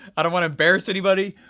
i don't wanna embarrass anybody.